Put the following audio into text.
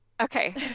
Okay